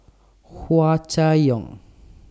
Hua Chai Yong